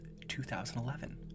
2011